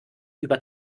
über